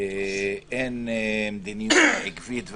אין מדיניות עקבית ואחידה.